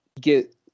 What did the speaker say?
get